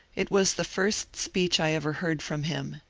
it was the first speech i ever heard from him,